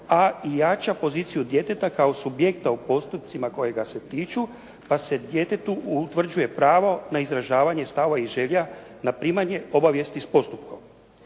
a i jača poziciju djeteta kao subjekta u postupcima kojega se tiču, pa se djetetu utvrđuje pravo na izražavanje stava i želja na primanje obavijesti s postupkom.